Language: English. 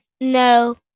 No